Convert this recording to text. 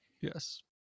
Yes